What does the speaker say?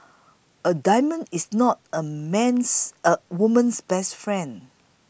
a diamond is not a man's a woman's best friend